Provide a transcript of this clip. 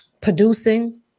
producing